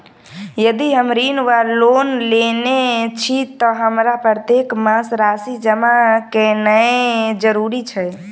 यदि हम ऋण वा लोन लेने छी तऽ हमरा प्रत्येक मास राशि जमा केनैय जरूरी छै?